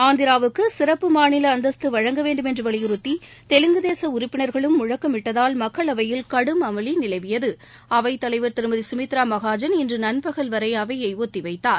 ஆந்திராவுக்கு சிறப்பு மாநில அந்தஸ்த்து வழங்க வேண்டும் என்று வலியுறுத்தி தெலுங்கு தேச உறப்பினர்களும் முழக்கமிட்டதால் மக்களவையில் கடும் அமளி நிலவியது அவைத் தலைவர் திருமதி கமித்ரா மகாஜன் இன்று நண்பகல் வரை அவையை ஒத்திவைத்தார்